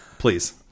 Please